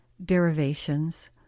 derivations